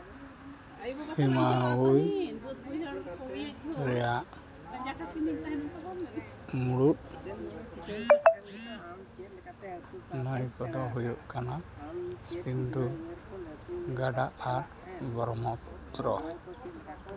ᱦᱤᱢᱟᱦᱩᱭ ᱨᱮᱭᱟᱜ ᱢᱩᱬᱩᱫ ᱱᱟᱹᱭ ᱠᱚᱫᱚ ᱦᱩᱭᱩᱜ ᱠᱟᱱᱟ ᱥᱤᱱᱫᱷᱩ ᱜᱟᱰᱟ ᱟᱨ ᱵᱚᱨᱢᱚᱦ ᱯᱩᱛᱛᱨᱚ